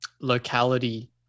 locality